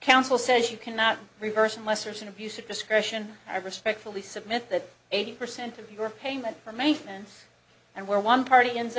council says you cannot reverse unless there's an abuse of discretion i respectfully submit that eighty percent of your payment for maintenance and where one party end